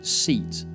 seat